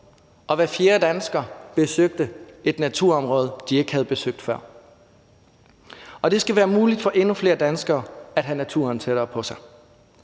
og hver fjerde dansker besøgte et naturområde, de ikke havde besøgt før. Og det skal være muligt for endnu flere danskere at have naturen tættere på sig.